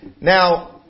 Now